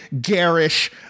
garish